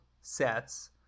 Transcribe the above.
sets